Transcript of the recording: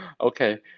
Okay